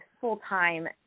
full-time